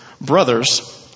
Brothers